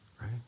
right